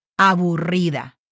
Aburrida